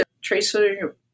tracer